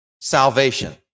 salvation